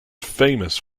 famous